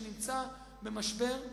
שנמצא במשבר.